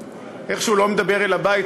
איכשהו אני לא מדבר אל הבית,